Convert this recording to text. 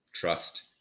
Trust